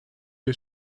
you